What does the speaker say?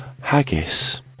Haggis